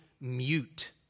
mute